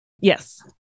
Yes